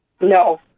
No